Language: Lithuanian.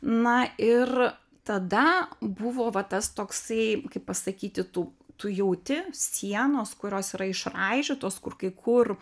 na ir tada buvo va tas toksai kaip pasakyti tu tu jauti sienos kurios yra išraižytos kur kai kur